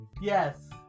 Yes